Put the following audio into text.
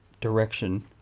direction